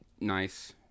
nice